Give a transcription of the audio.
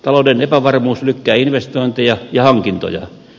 talouden epävarmuus lykkää investointeja ja hankintoja